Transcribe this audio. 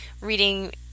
reading